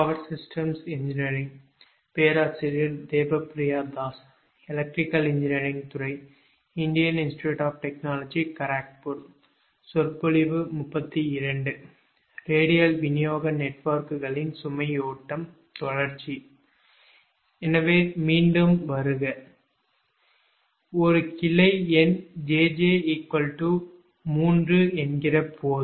ஒரு கிளை எண் jj 3 போது